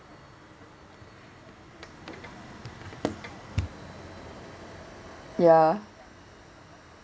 ya